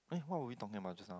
eh what we talking about just now